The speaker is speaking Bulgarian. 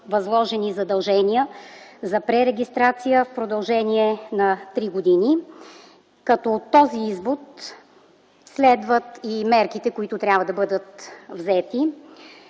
възложени задължения за пререгистрация в продължение на три години. От този извод следват и мерките, които трябва да бъдат взети.